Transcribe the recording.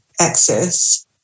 access